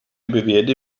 bewährte